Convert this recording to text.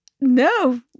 No